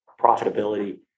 profitability